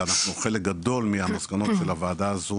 ואנחנו חלק גדול מהמסקנות של הוועדה הזו